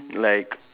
like